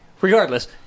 regardless